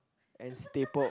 and stapled